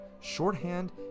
Shorthand